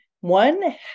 One